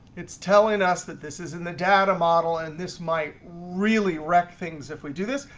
it's telling us that this is in the data model and this might really wreck things if we do this.